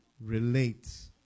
relates